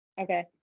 Okay